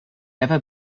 ever